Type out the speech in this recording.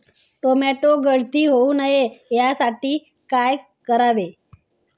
Tomato गळती होऊ नये यासाठी काय करावे?